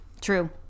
True